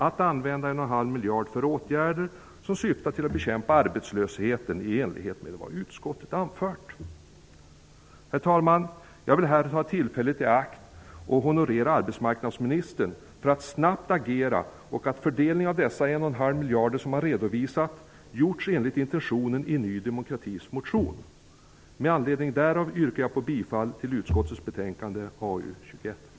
Jag vill här ta tillfället i akt att honorera arbetsmarknadsministern för att ha agerat snabbt och för att den fördelning av dessa 1,5 miljarder som redovisats har gjorts enligt intentionerna i Ny demokratis motion. Med anledning därav yrkar jag bifall till utskottets hemställan i betänkande AU21.